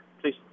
please